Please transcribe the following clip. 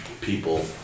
people